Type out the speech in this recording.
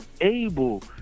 able